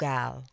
Gal